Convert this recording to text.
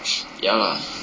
ya lah